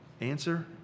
Answer